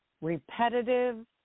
repetitive